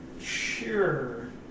Sure